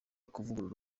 kuvugurura